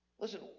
Listen